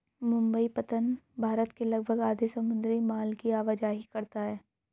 मुंबई पत्तन भारत के लगभग आधे समुद्री माल की आवाजाही करता है